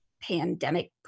pandemic